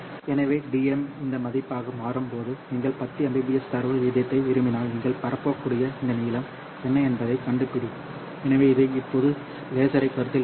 எனவே Dm இந்த மதிப்பாக மாறும் போது நீங்கள் 10 Mbps தரவு வீதத்தை விரும்பினால் நீங்கள் பரப்பக்கூடிய இந்த நீளம் என்ன என்பதைக் கண்டுபிடி எனவே இது இப்போது லேசரைக் கருத்தில் கொள்ளுங்கள்